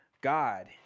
God